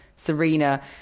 Serena